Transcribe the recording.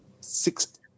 six